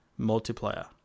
multiplayer